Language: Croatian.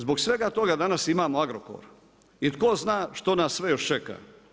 Zbog svega toga danas imamo Agrokor i tko zna što nas sve još čeka.